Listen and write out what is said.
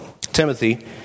Timothy